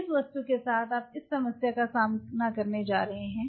इस वस्तु के साथ आप इस समस्या का सामना करने जा रहे हैं